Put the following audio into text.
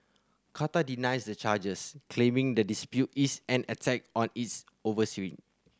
Qatar denies the charges claiming the dispute is an attack on its